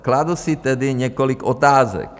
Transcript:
Kladu si tedy několik otázek.